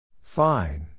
Fine